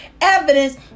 evidence